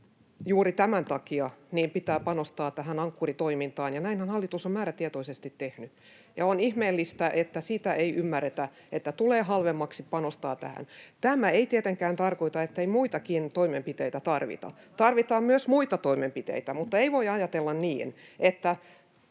Juuri tämän takia meidän pitää panostaa tähän Ankkuri-toimintaan, ja näinhän hallitus on määrätietoisesti tehnyt. On ihmeellistä, että sitä ei ymmärretä, että tulee halvemmaksi panostaa tähän. Tämä ei tietenkään tarkoita, ettei muitakin toimenpiteitä tarvita. Tarvitaan myös muita toimenpiteitä, mutta ei voi ajatella niin, että